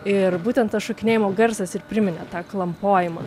ir būtent tas šokinėjimo garsas ir priminė tą klampojimą